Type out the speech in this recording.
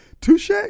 Touche